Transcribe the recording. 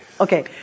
Okay